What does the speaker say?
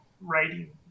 writing